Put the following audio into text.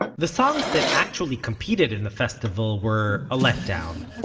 the songs that actually competed in the festival were a let down.